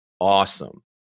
awesome